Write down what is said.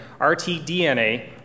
RTDNA